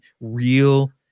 real